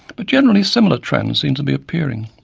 but generally similar trends seem to be appearing.